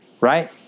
right